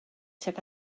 tuag